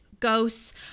ghosts